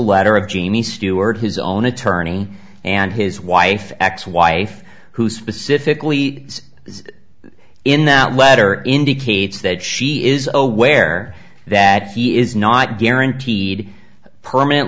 letter of jeannie stewart his own attorney and his wife ex wife who specifically in that letter indicates that she is aware that he is not guaranteed permanent